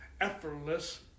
effortless